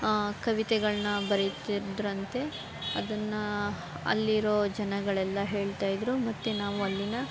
ಕವಿತೆಗಳನ್ನ ಬರೀತಿದ್ರಂತೆ ಅದನ್ನು ಅಲ್ಲಿರೋ ಜನಗಳೆಲ್ಲ ಹೇಳ್ತಾಯಿದ್ದರು ಮತ್ತು ನಾವು ಅಲ್ಲಿನ